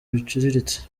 biciriritse